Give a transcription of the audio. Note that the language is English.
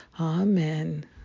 Amen